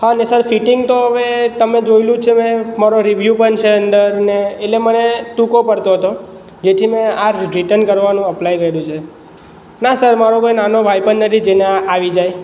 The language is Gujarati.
હા ને સર ફીટીંગ તો હવે તમે જોયેલું જ છે હવે મારો રિવ્યુ પણ છે અંદર ને એટલે મને ટૂંકો પડતો હતો જેથી મેં આ રિટર્ન કરવાનું અપલાય કર્યું છે ના સર મારો કોઈ નાનો ભાઈ પણ નથી જેને આ આવી જાય